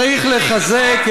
צריך לגרש את כל היהודים, נכון?